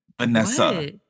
Vanessa